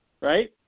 right